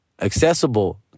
Accessible